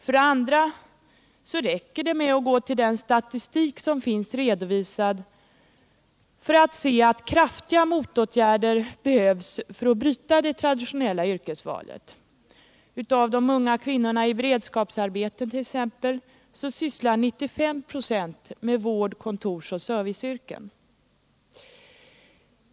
För det andra räcker det med att gå till den statistik som finns redovisad för att se att kraftiga motåtgärder behövs för att bryta det traditionella yrkesvalet. Av de unga kvinnorna i beredskapsarbeten t.ex. arbetar 95 26 inom vård-, kontorsoch serviceyrken.